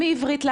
האמריקאית.